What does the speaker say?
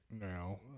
now